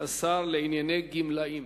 השר לענייני גמלאים.